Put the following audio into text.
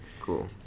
Cool